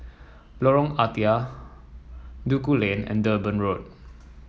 Lorong Ah Thia Duku Lane and Durban Road